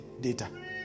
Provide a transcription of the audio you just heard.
Data